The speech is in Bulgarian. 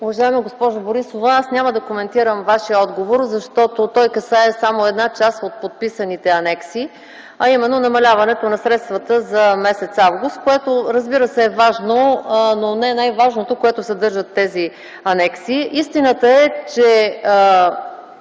Уважаема госпожо Борисова, аз няма да коментирам Вашия отговор, защото той касае само една част от подписаните анекси, а именно намаляването на средствата за м. август, което, разбира се, е важно, но не е най-важното, което съдържат тези анекси. Истината е, че